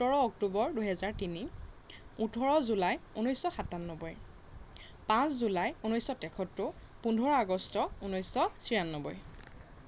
সোতৰ অক্টোবৰ দুহেজাৰ তিনি ওঠৰ জুলাই ঊনৈছশ সাতান্নবৈ পাঁচ জুলাই ঊনৈছশ তেসত্তৰ পোন্ধৰ আগষ্ট ঊনৈছশ চিয়ান্নবৈ